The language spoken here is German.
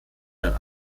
dann